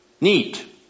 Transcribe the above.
Neat